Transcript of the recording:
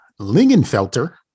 Lingenfelter